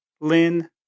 Lynn